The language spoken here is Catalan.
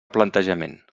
plantejament